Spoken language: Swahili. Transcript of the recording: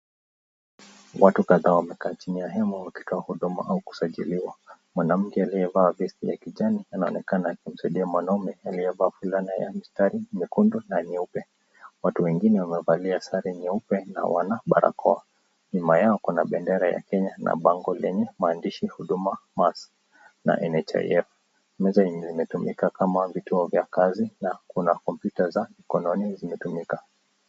Watu kadhaa wako chini ya hema wanangoja kuhudumiwa, mwanamke aliye vaa vesti ya kijani anaonekana kusaidia mwanaume aliye vaa fulana ya mistari nyekundu, na nyeupe watu wengine Wamevalia sare nyeupe na barakoa. nyuma Yao Kuna bendera zenye maandishi huduma mash, na nhif na Kuna compyuta zinazo tumika.